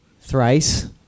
thrice